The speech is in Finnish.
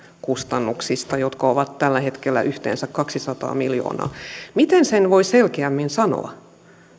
kustannuksista jotka ovat tällä hetkellä yhteensä kaksisataa miljoonaa miten sen voi selkeämmin sanoa